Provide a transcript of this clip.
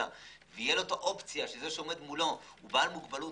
ותהיה לו האופציה שזה שעומד מולו הוא בעל מוגבלות,